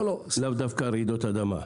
לאו דווקא לרעידות אדמה.